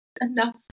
enough